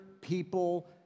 people